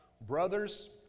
Brothers